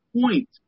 point